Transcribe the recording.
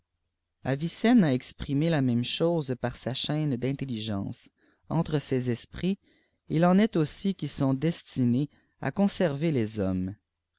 antarctique avicenne a exprimé la même chose par sa chaîne d'intelligence entre ces esprits il en est aussi qui sont destinés k conserver les hommes